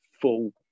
full